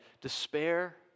despair